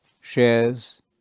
shares